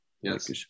Yes